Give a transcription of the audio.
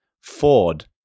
Ford